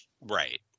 Right